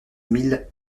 mille